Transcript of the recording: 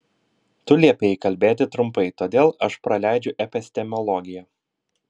tu liepei kalbėti trumpai todėl aš praleidžiu epistemologiją